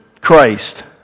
Christ